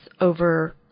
over